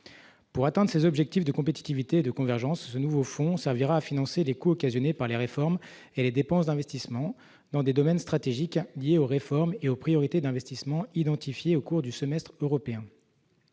Pour atteindre ses objectifs de compétitivité de convergence, ce nouveau fonds servira à financer les coûts occasionnés par les réformes et les dépenses d'investissements dans des domaines stratégiques liés aux réformes et aux priorités d'investissement identifiés au cours du semestre européen,